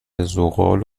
ذغال